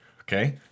okay